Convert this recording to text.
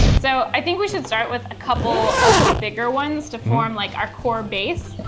so i think we should start with a couple of the bigger ones to form like our core base.